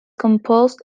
composed